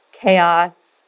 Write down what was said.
chaos